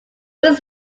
was